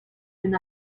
soon